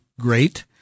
great